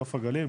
נוף הגליל,